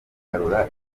bakagura